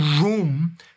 room